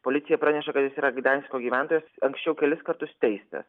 policija praneša kad jis yra gdansko gyventojas anksčiau kelis kartus teista